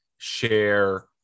share